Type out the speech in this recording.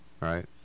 Right